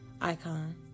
Icon